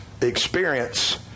experience